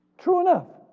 true enough,